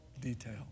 detail